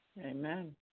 Amen